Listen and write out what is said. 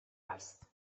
است